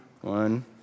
One